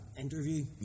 interview